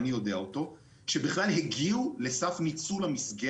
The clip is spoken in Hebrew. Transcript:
אני חושב שזה כיוון לא נכון.